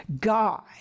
God